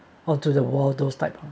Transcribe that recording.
onto the wall those type